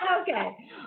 Okay